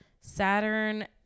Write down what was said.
Saturn